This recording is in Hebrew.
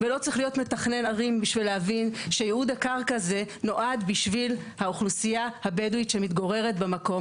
מה שהיה צריך לעשות פה זה לקחת את עומרית ולנסות להסדיר את זרנוק.